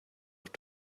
auch